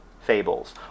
fables